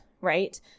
right